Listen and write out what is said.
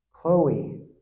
Chloe